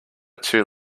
too